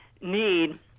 need